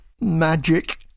Magic